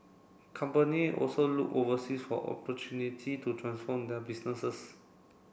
company also looked overseas for opportunity to transform their businesses